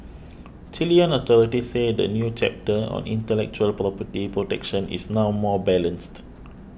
Chilean authorities say the new chapter on intellectual property protection is now more balanced